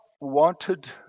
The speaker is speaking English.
wanted